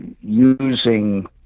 using